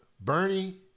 Bernie